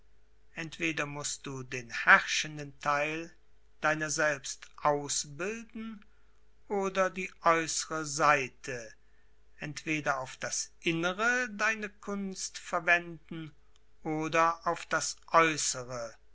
entweder mußt du den herrschenden theil deiner selbst ausbilden oder die äußere seite entweder auf das innere deine kunst verwenden oder auf das aeußere